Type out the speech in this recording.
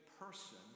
person